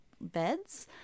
beds